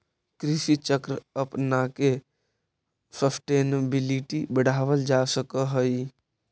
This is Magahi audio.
कृषि चक्र अपनाके सस्टेनेबिलिटी बढ़ावल जा सकऽ हइ